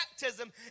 baptism